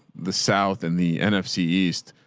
the south and the nfc east.